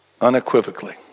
unequivocally